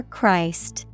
Christ